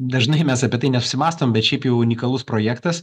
dažnai mes apie tai nesusimąstom bet šiaip jau unikalus projektas